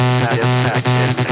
satisfaction